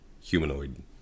humanoid